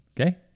Okay